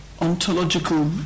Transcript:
ontological